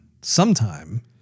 sometime